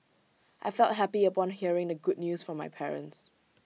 I felt happy upon hearing the good news from my parents